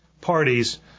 parties